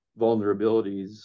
vulnerabilities